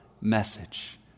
message